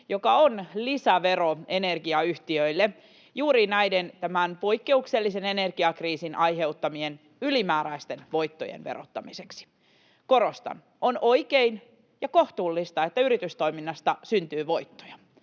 joka on lisävero energiayhtiöille juuri näiden poikkeuksellisen energiakriisin aiheuttamien ylimääräisten voittojen verottamiseksi. Korostan: On oikein ja kohtuullista, että yritystoiminnasta syntyy voittoja.